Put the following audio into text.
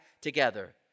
together